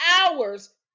hours